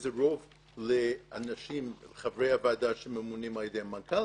וזה רוב לחברי הוועדה שממונים על ידי המנכ"ל.